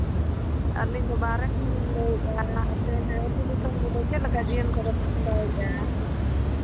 ᱟᱹᱞᱤᱧ ᱫᱚ ᱵᱟᱦᱨᱮ ᱠᱷᱚᱱᱞᱤᱧ ᱞᱟᱹᱭᱫᱟ ᱟᱯᱮ ᱟᱹᱛᱩ ᱫᱤᱥᱚᱢ ᱨᱮᱫᱚ ᱪᱮᱫ ᱞᱮᱠᱟ ᱟᱹᱛᱩ ᱫᱤᱥᱚᱢ ᱠᱚᱫᱚ ᱯᱮ ᱠᱷᱟᱸᱰᱟᱣᱮᱫᱟ